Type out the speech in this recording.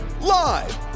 live